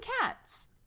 cats